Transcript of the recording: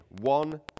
one